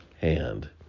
hand